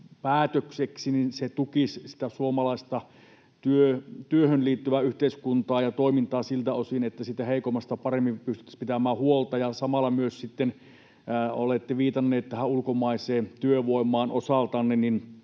päätöksiksi, tukisivat sitä suomalaista työhön liittyvää yhteiskuntaa ja toimintaa siltä osin, että siitä heikommasta paremmin pystyttäisiin pitämään huolta. Samalla myös, kun olette viitanneet ulkomaiseen työvoimaan osaltanne,